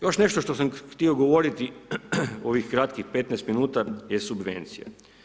Još nešto što sam htio govoriti u ovih kratkih 15 minuta je subvencija.